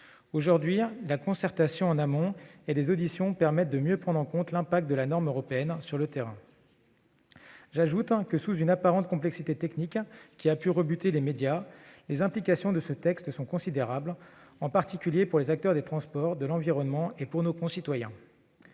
Aujourd'hui, la concertation en amont et les auditions permettent de mieux prendre en compte l'impact de la norme européenne sur le terrain. J'ajoute que, sous une apparente complexité technique qui a pu rebuter les médias, les implications de ce texte sont considérables, en particulier pour les acteurs des transports et de l'environnement, ainsi que pour nos concitoyens.